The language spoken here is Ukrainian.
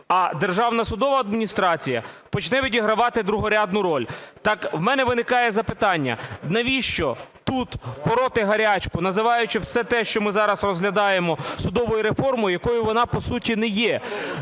а Державна судова адміністрація почне відігравати другорядну роль. Так в мене виникає запитання, навіщо тут пороти гарячку, називаючи все те, що ми зараз розглядаємо, судовою реформою, якою вона по суті не є?